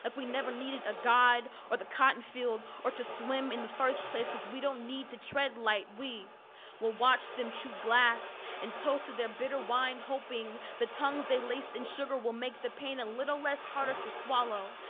like we never needed a god or the cotton field or to swim in the first place because we don't need to tread light. we will watch them chew glass and toast to their bitter wine hoping the tongues they laced in sugar will make the pain a little less harder to swallow.